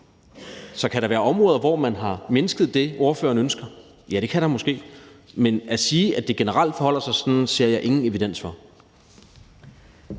Så kan der være områder, hvor man har mindsket det, ordføreren ønsker? Ja, det kan der måske. Men at sige, at det generelt forholder sig sådan, ser jeg ingen evidens for.